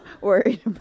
worried